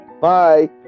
Bye